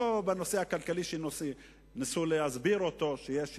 לא בנושא הכלכלי, שניסו להסביר אותו שיש הישגים,